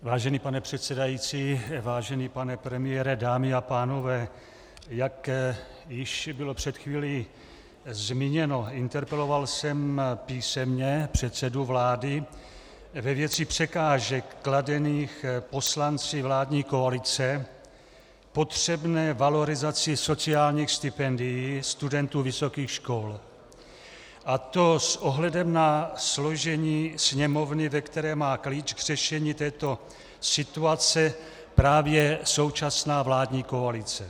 Vážený pane předsedající, vážený pane premiére, dámy a pánové, jak již bylo před chvílí zmíněno, interpeloval jsem písemně předsedu vlády ve věci překážek kladených poslanci vládní koalice potřebné valorizaci sociálních stipendií studentů vysokých škol, a to s ohledem na složení Sněmovny, ve které má klíč k řešení této situace právě současná vládní koalice.